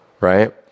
right